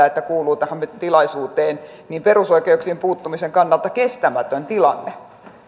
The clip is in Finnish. että kuuluu tähän tilaisuuteen että se on perusoikeuksiin puuttumisen kannalta kestämätön tilanne